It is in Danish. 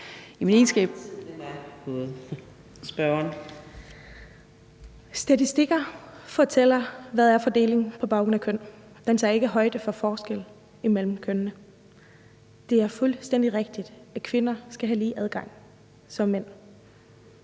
Statistikker fortæller, hvad fordelingen er på baggrund af køn. De tager ikke højde for forskelle imellem kønnene. Det er fuldstændig rigtigt, at kvinder skal have lige adgang i